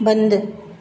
बंदि